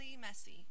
messy